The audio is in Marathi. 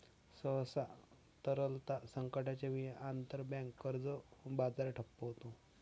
सहसा, तरलता संकटाच्या वेळी, आंतरबँक कर्ज बाजार ठप्प होतो